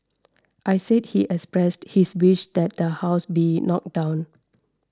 I said he expressed his wish that the house be knocked down